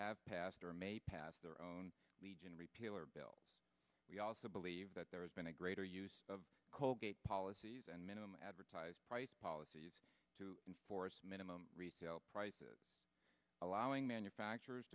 have passed or may pass their own legion retailer bill we also believe that there has been a greater use of colgate policies and minimum advertised price policies to enforce minimum retail prices allowing manufacturers